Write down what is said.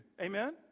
Amen